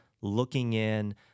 looking-in